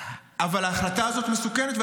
אבל ההחלטה הזאת מסוכנת.